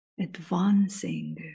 advancing